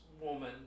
woman